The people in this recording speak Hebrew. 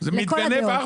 זה יהיה נהדר.